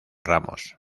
ramos